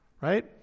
right